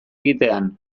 egitean